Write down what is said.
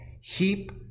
heap